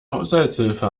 haushaltshilfe